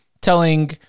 telling